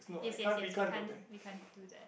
yes yes yes we can't we can't do that